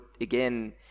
again